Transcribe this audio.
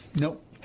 Nope